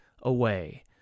away